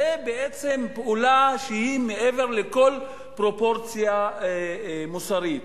זו בעצם פעולה שהיא מעבר לכל פרופורציה מוסרית.